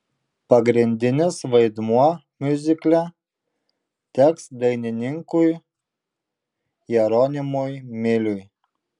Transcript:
pagrindinis vaidmuo miuzikle teks dainininkui jeronimui miliui